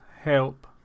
help